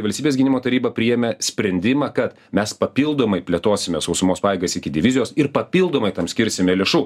valstybės gynimo taryba priėmė sprendimą kad mes papildomai plėtosime sausumos pajėgas iki divizijos ir papildomai tam skirsime lėšų